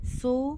so